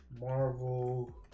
Marvel